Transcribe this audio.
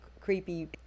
creepy